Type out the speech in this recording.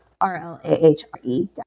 R-L-A-H-R-E